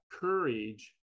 courage